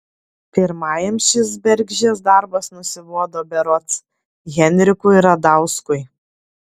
pirmajam šis bergždžias darbas nusibodo berods henrikui radauskui